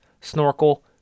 snorkel